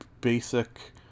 basic